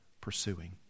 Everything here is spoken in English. pursuing